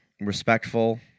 respectful